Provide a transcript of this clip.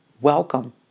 Welcome